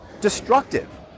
destructive